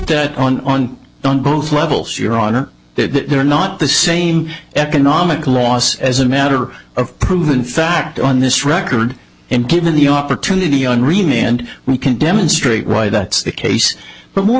that on don't both levels your honor that they're not the same economic laws as a matter of proven fact on this record and given the opportunity and remit and we can demonstrate why that's the case but more